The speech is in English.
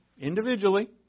individually